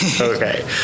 okay